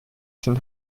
sind